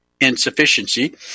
insufficiency